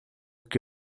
que